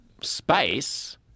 space –